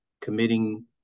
committing